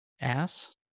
Ass